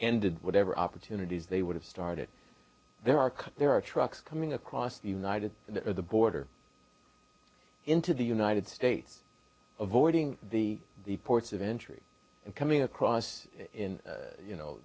ended whatever opportunities they would have started there are cars there are trucks coming across the united the border into the united states of oiling the ports of entry and coming across in you know